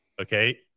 okay